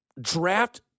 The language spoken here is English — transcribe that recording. draft